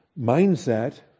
mindset